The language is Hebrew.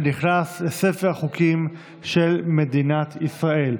ונכנס לספר החוקים של מדינת ישראל.